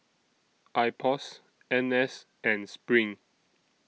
Ipos N S and SPRING